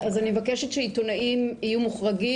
אז אני מבקשת שעיתונאים יהיו מוחרגים.